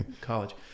college